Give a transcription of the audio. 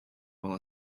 while